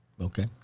Okay